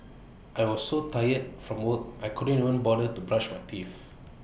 I was so tired from work I couldn't even bother to brush my teeth